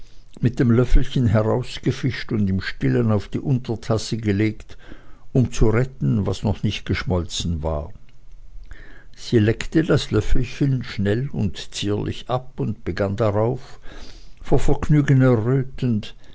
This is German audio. mit dem löffelchen herausgefischt und im stillen auf die untertasse gelegt um zu retten was noch nicht geschmolzen war sie leckte das löffelchen schnell und zierlich ab und begann darauf vor vergnügen